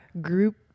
group